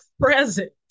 present